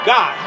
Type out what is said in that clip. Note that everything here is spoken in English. God